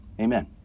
Amen